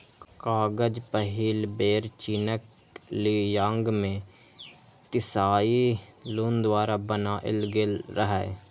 कागज पहिल बेर चीनक ली यांग मे त्साई लुन द्वारा बनाएल गेल रहै